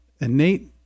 innate